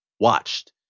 watched